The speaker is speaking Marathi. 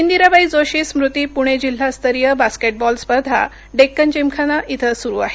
इंदिराबाई जोशी स्मृति पुणे जिल्हास्तरीय बास्केटव्नॉल स्पर्धा डेक्कन जिमखाना इथं सुरु आहेत